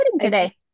today